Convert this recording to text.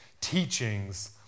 teachings